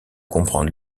comprendre